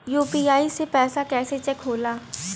UPI से पैसा कैसे चेक होला?